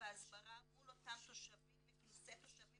וההסברה מול אותם תושבים וכנסי תושבים